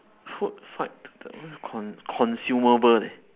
food fight to the con~ consumable leh